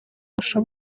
bushoboka